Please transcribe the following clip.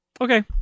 Okay